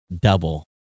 double